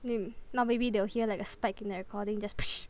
mm now maybe they will hear like a spike in their recording just